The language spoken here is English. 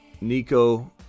Nico